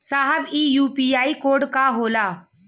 साहब इ UPI code का होला?